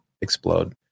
explode